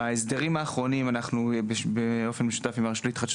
בהסדרים האחרונים אנחנו באופן משותף עם הרשות להתחדשות